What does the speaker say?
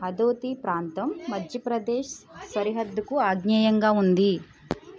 హదోతి ప్రాంతం మద్యప్రదేశ్ సరిహద్దుకు ఆగ్నేయంగా ఉంది